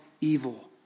evil